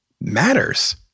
matters